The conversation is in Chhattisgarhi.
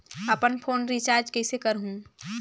अपन फोन रिचार्ज कइसे करहु?